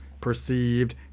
perceived